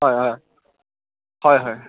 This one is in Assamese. হয় হয় হয় হয়